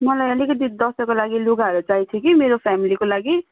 मलाई अलिकति दसैँको लागि लुगाहरू चाहिएको थियो कि मेरो फ्यामिलिको लागि